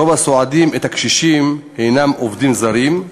רוב הסועדים את הקשישים הנם עובדים זרים,